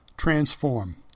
Transform